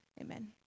Amen